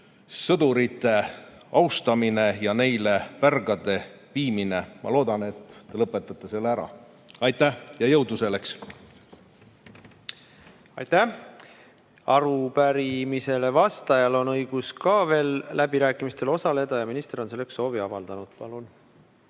sõdurite austamine ja neile pärgade viimine. Ma loodan, et te lõpetate selle ära. Aitäh ja jõudu selleks! Aitäh! Arupärimisele vastajal on õigus ka läbirääkimistel osaleda ja minister on selleks soovi avaldanud. Palun!